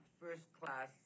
first-class